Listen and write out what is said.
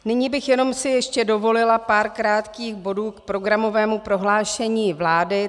Nyní bych si jenom ještě dovolila pár krátkých bodů k programovému prohlášení vlády.